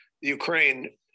Ukraine